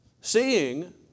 Seeing